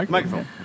Microphone